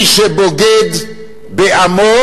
מי שבוגד בעמו,